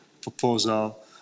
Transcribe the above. proposal